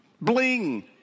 bling